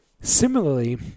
similarly